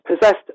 possessed